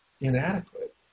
inadequate